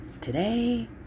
today